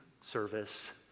service